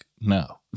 no